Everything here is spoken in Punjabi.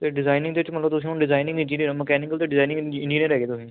ਅਤੇ ਡਿਜ਼ਾਇਨਿੰਗ ਦੇ ਵਿੱਚ ਮਤਲਬ ਤੁਸੀਂ ਹੁਣ ਡਿਜ਼ਾਈਨਿੰਗ ਇੰਜੀਨੀਅਰ ਹੋ ਮਕੈਨੀਕਲ ਅਤੇ ਡਿਜ਼ਾਇਨਿੰਗ ਇੰਜੀਨੀਅਰ ਹੈਗੇ ਤੁਸੀਂ